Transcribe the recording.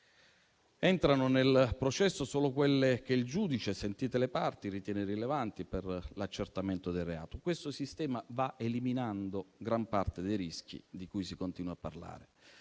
Entrano nel processo solo quelle che il giudice, sentite le parti, ritiene rilevanti per l'accertamento del reato. Questo sistema va eliminando gran parte dei rischi di cui si continua a parlare.